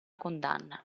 condanna